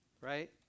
right